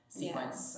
sequence